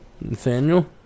Nathaniel